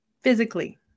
physically